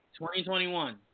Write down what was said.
2021